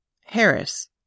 Harris